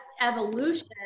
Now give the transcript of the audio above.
evolution